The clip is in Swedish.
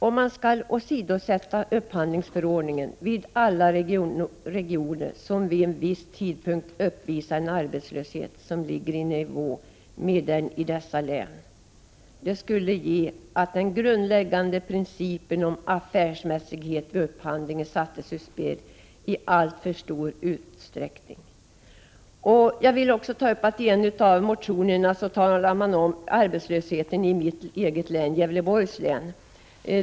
Om man skall åsidosätta upphandlingsförordningen i alla regioner som vid en viss tidpunkt uppvisar en arbetslöshet som ligger i nivå med den i dessa län, skulle den grundläggande principen om affärsmässighet vid upphandling sättas ur spel i alltför stor utsträckning. I en motion talas det om arbetslösheten i mitt hemlän, Gävleborgs län.